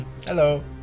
Hello